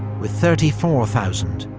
with thirty four thousand,